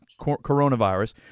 coronavirus